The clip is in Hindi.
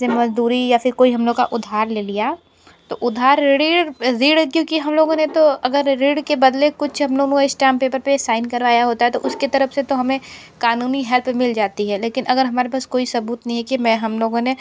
से मजदूरी या फिर कोई हम लोग का उधार ले लिया तो उधार ऋण क्योंकि हम लोगों ने तो अगर ऋण के बदले कुछ हम दोनों स्टांप पेपर पे साइन करवाया होता तो उसके तरफ से तो हमें कानूनी हेल्प मिल जाती है लेकिन अगर हमारे पास कोई सबूत नहीं है कि मैं हम लोगों ने